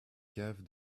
caves